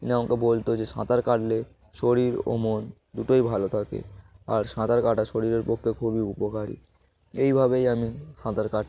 ই আমাকে বলতো যে সাঁতার কাটলে শরীর ও মন দুটোই ভালো থাকে আর সাঁতার কাটা শরীরের পক্ষে খুবই উপকারী এইভাবেই আমি সাঁতার কাটতাম